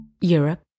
Europe